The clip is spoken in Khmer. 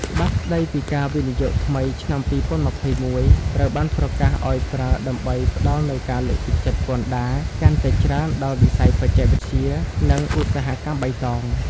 ច្បាប់ស្ដីពីការវិនិយោគថ្មីឆ្នាំ ២០២១ ត្រូវបានប្រកាសឱ្យប្រើដើម្បីផ្ដល់នូវការលើកទឹកចិត្តពន្ធដារកាន់តែច្រើនដល់វិស័យបច្ចេកវិទ្យា និងឧស្សាហកម្មបៃតង។